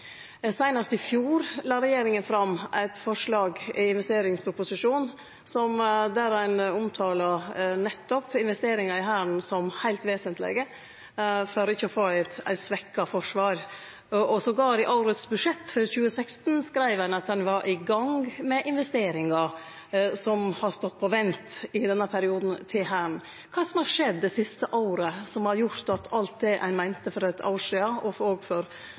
Seinast i fjor la regjeringa fram eit forslag i investeringsproposisjonen, der ein omtala nettopp investeringar i Hæren som heilt vesentlege for ikkje å få eit svekt forsvar. Jamvel for årets budsjett, 2016, skreiv ein at ein var i gang med investeringar som har stått på vent i denne perioden for Hæren. Kva er det som har skjedd det siste året, som har gjort at alt det ein meinte for eitt år sidan – og også for